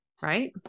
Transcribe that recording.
right